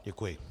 Děkuji.